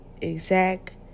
exact